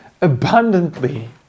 abundantly